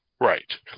Right